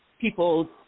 people